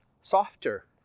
softer